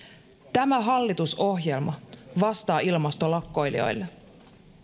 tämä hallitusohjelma vastaa ilmastolakkoilijoille